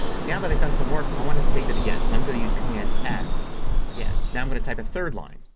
now that i've done some work i want to save it again so i'm going to use command s again. now i'm going to type a third line.